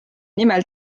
nimel